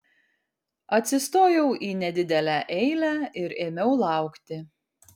atsistojau į nedidelę eilę ir ėmiau laukti